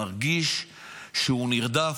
מרגיש שהוא נרדף,